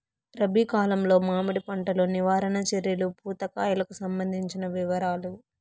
రబి కాలంలో మామిడి పంట లో నివారణ చర్యలు పూత కాయలకు సంబంధించిన వివరాలు?